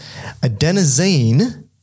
adenosine